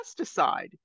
Pesticide